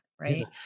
right